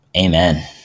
Amen